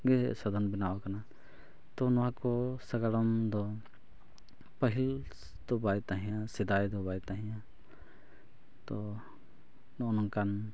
ᱜᱮ ᱥᱟᱜᱟᱲᱟᱢ ᱵᱮᱱᱟᱣ ᱟᱠᱟᱱᱟ ᱛᱳ ᱱᱚᱣᱟ ᱠᱚ ᱥᱟᱜᱟᱲᱚᱢ ᱫᱚ ᱯᱟᱹᱦᱤᱞ ᱫᱚ ᱵᱟᱭ ᱛᱟᱦᱮᱸᱫᱼᱟ ᱥᱮᱫᱟᱭ ᱫᱚ ᱵᱟᱭ ᱛᱟᱦᱮᱸᱫᱼᱟ ᱛᱚ ᱱᱚᱜᱼᱚ ᱱᱚᱝᱠᱟᱱ